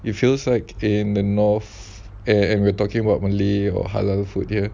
it feels like in the north and we're talking about malay or halal food here